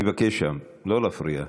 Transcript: אני מבקש לא להפריע.